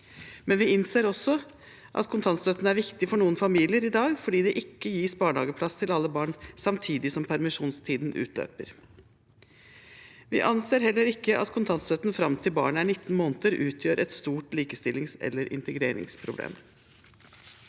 Men vi innser også at kontantstøtten er viktig for noen familier i dag, fordi det ikke gis barnehageplass til alle barn samtidig som permisjonstiden utløper. Vi anser heller ikke at kontantstøtten fram til barnet er 19 måneder utgjør et stort likestillings- eller integreringsproblem.